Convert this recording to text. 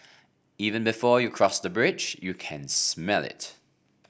even before you cross the bridge you can smell it